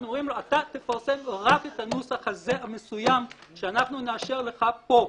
אנחנו אומרים לו: אתה תפרסם רק את הנוסח הזה המסוים שנאשר לך פה.